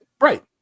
right